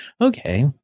okay